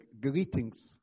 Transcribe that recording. greetings